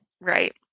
right